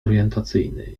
orientacyjny